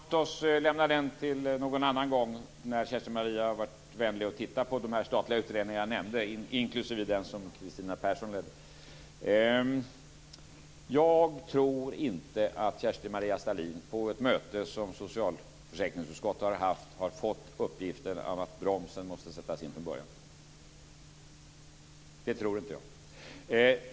Fru talman! Låt oss lämna den till någon annan gång när Kerstin-Maria Stalin har varit vänlig att titta på de statliga utredningar som jag nämnde, inklusive den som Kristina Persson ledde. Jag tror inte att Kerstin-Maria Stalin på ett möte som socialförsäkringsutskottet har haft har fått uppgiften att bromsen måste sättas in från början. Det tror inte jag.